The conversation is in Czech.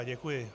Děkuji.